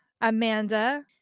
Amanda